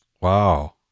Wow